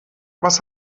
was